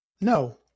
No